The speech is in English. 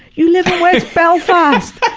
you live in west belfast!